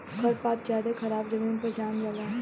खर पात ज्यादे खराबे जमीन पर जाम जला